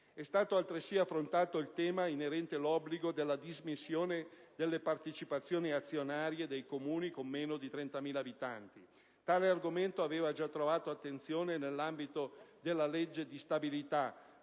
È stato altresì affrontato il tema inerente all'obbligo della dismissione delle partecipazioni azionarie dei Comuni con meno di 30.000 abitanti. Tale argomento aveva già trovato attenzione nell'ambito della legge di stabilità